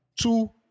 Two